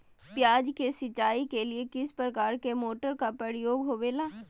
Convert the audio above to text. प्याज के सिंचाई के लिए किस प्रकार के मोटर का प्रयोग होवेला?